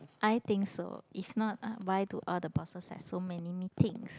I think so if not ah why do all the bosses have so many meetings